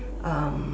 um